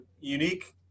unique